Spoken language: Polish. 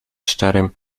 szczerym